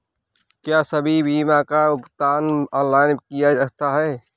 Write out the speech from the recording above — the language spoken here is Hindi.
क्या सभी बीमा का भुगतान ऑनलाइन किया जा सकता है?